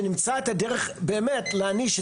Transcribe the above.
שנמצא את הדרך באמת להעניש,